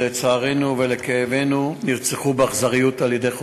שלצערנו ולכאבנו, נרצחו באכזריות על-ידי חוטפיהם,